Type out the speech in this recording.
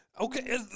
Okay